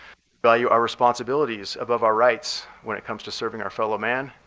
value our responsibilities above our rights when it comes to serving our fellow man,